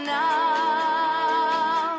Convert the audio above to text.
now